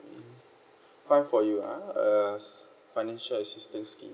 fine for you ah uh s~ financial assistance scheme